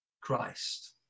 Christ